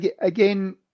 again